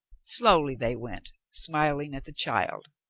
slowly they went, smiling at the child,